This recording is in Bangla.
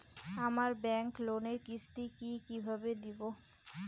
আমার ব্যাংক লোনের কিস্তি কি কিভাবে দেবো?